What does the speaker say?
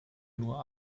nur